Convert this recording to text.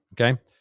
okay